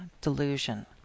delusion